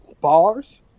bars